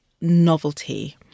novelty